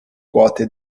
quote